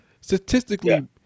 statistically